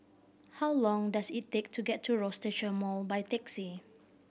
how long does it take to get to Rochester Mall by taxi